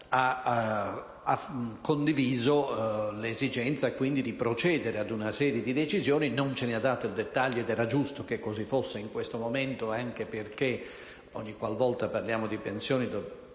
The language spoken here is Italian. ha condiviso l'esigenza di procedere ad una serie di decisioni. Non ce ne ha dato dettaglio, ed era giusto che così fosse in questo momento, anche perché ogni qual volta parliamo di pensioni